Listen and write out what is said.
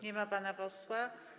Nie ma pana posła.